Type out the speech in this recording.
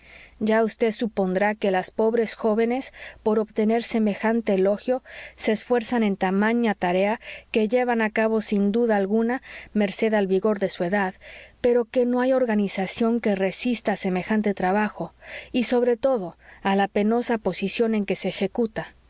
ya vd supondrá que las pobres jóvenes por obtener semejante elogio se esfuerzan en tamaña tarea que llevan a cabo sin duda alguna merced al vigor de su edad pero que no hay organización que resista a semejante trabajo y sobre todo a la penosa posición en que se ejecuta